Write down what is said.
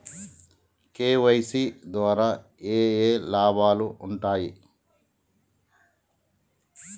KYC ద్వారా ఏఏ లాభాలు ఉంటాయి?